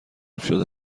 شده